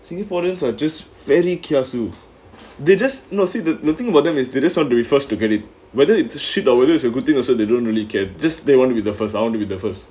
singaporeans are just very kiasu they just not see the the thing about them is they just wanna refers to get it whether it's a shit or whether it's a good thing also they don't really care just they want to be the first I want to be the first